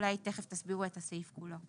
אולי תיכף תסבירו את הסעיף כולו.